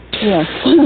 Yes